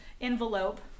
envelope